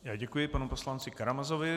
Já děkuji panu poslanci Karamazovi.